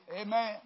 Amen